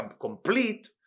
complete